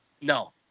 No